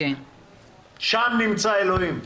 שם נמצא אלוהים.